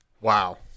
Wow